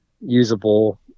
usable